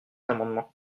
amendement